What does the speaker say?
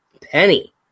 Penny